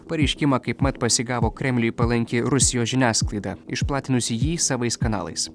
pareiškimą kaip mat pasigavo kremliui palanki rusijos žiniasklaida išplatinusi jį savais kanalais